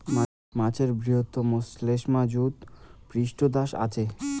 মাছের বৃহৎ শ্লেষ্মাযুত পৃষ্ঠদ্যাশ আচে